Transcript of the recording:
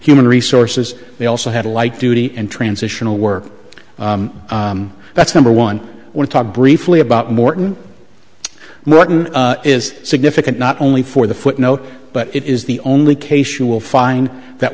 human resources they also had a light duty and transitional work that's number one would talk briefly about morton martin is significant not only for the footnote but it is the only case you will find that